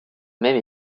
même